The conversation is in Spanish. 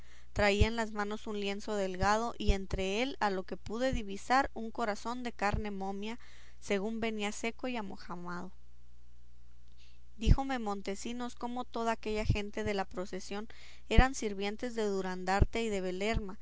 en las manos un lienzo delgado y entre él a lo que pude divisar un corazón de carne momia según venía seco y amojamado díjome montesinos como toda aquella gente de la procesión eran sirvientes de durandarte y de belerma